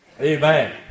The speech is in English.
Amen